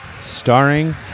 Starring